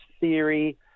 theory